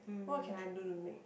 what can I do to make